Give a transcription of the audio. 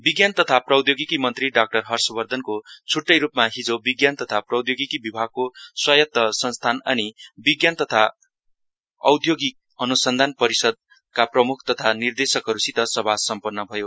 विज्ञान तथा प्रौधोगिकि मन्त्री डाक्टर हर्ष वधनको छ्ट्टै रूपमा हिजो विज्ञान तथा प्रौधोगिकि विभागको स्वायत संस्थान अनि विज्ञान तथा औधोगिक अनुसन्धान परिषदका प्रमुख तथा निर्देशकहरूसित सभा सम्पन्न भयो